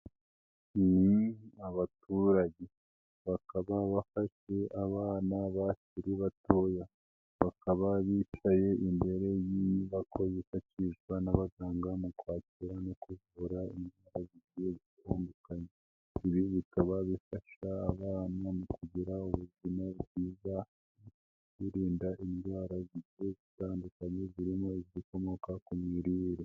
Ni abaturage bakaba bafashe abana bakiri batoya, bakaba bicaye imbere y'inyubako yifashishwa n'abaganga mu kwakira no kuvura indwara zigiye gutandukanye, ibi bikaba bifasha abana mu kugira ubuzima bwiza birinda indwara zigiye zitandukanye zirimo izikomoka ku mirire.